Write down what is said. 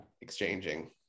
exchanging